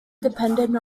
dependent